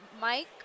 Mike